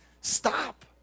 Stop